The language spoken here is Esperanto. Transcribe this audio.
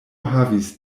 havis